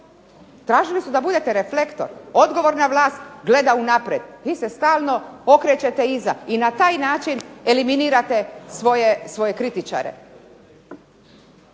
tražili su da budete reflektor. Odgovorna vlas gleda unaprijed. Vi se stalno okrećete iza i na taj način eliminirate svoje kritičare.